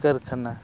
ᱠᱟᱹᱨᱠᱷᱟᱱᱟ